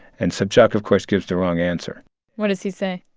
and sobchak, of course, gives the wrong answer what does he say?